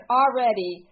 already